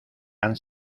han